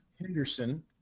Henderson